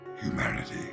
humanity